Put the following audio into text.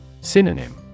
Synonym